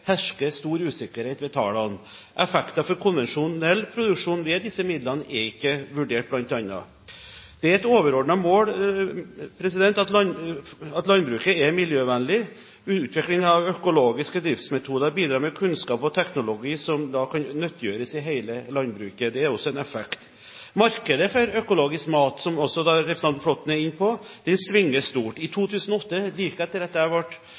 hersker stor usikkerhet ved tallene. Effektene for konvensjonell produksjon med disse midlene er ikke vurdert, bl.a. Det er et overordnet mål at landbruket er miljøvennlig. I utviklingen av økologiske driftsmetoder bidrar man med kunnskap og teknologi som kan nyttiggjøres i hele landbruket. Det er også en effekt. Markedet for økologisk mat, som også representanten Flåtten er inne på, svinger stort. I 2008, like etter at jeg ble utnevnt til